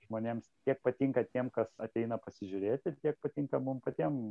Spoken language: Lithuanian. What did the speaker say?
žmonėms tiek patinka tiem kas ateina pasižiūrėti ir tiek patinka mums patiem